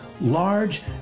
large